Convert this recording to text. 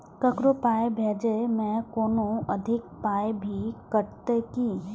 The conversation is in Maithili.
ककरो पाय भेजै मे कोनो अधिक पाय भी कटतै की?